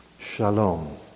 Shalom